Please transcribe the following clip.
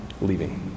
Leaving